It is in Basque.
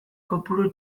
kopuru